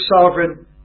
sovereign